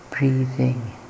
Breathing